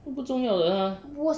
不不重要的他